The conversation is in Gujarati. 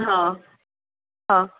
હા હા